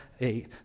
eight